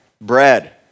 bread